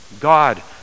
God